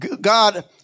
God